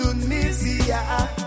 Tunisia